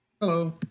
Hello